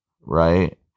right